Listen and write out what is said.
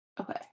Okay